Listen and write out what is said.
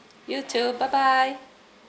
you too bye bye